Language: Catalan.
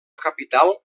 capital